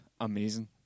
amazing